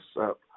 up